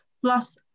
plus